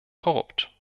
korrupt